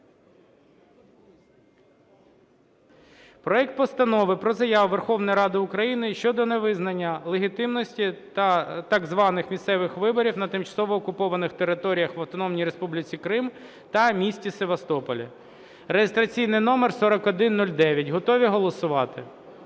проекту Постанови про Заяву Верховної Ради України щодо невизнання легітимності так званих місцевих виборів на тимчасово окупованих територіях – в Автономній Республіці Крим та місті Севастополі (реєстраційний номер 4109). Готові голосувати?